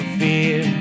fear